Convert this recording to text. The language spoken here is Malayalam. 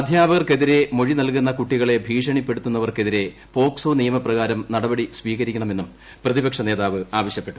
അധ്യാപകർക്കെതിരെ മൊഴി നൽകുന്ന കുട്ടികളെ ഭീഷണിപ്പെടുത്തുന്നവർക്കെതിരെ പോക്സോ നിയമപ്രകാരം നടപടി സ്വീകരിക്കണമെന്നും പ്രതിപക്ഷനേതാവ് ആവശ്യപ്പെട്ടു